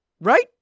Right